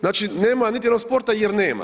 Znači nema niti jednog sporta jer nema.